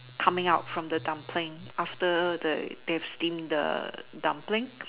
coming out from the dumpling after the they have steamed the dumpling